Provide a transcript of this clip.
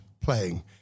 playing